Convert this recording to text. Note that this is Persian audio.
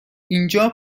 اینجا